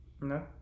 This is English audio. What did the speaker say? No